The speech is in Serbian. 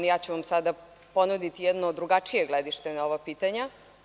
Ja ću vam sada ponuditi jedno drugačije gledište na ova pitanja.